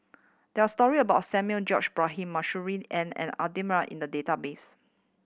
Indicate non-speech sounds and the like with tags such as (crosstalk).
there are story about Samuel George Bonham Masuri N and Adan (unintelligible) in the database